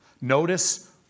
Notice